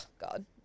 God